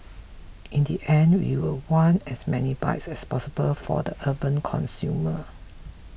in the end we will want as many bikes as possible for the urban consumer